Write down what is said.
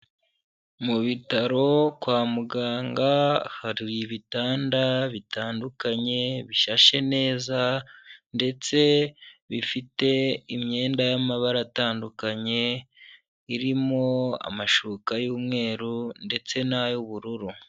Mu bitaro kwa muganga hari ibitanda bitandukanye bishashe neza ndetse bifite imyenda y'amabara atandukanye, irimo amashuka y'umweru ndetse n'ay'ubururu.